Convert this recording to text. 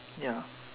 ya